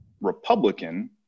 Republican